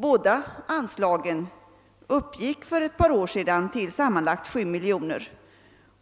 Båda anslagen uppgick för ett par år sedan till sammanlagt 7 miljoner